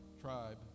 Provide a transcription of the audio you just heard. tribe